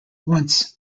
once